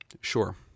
sure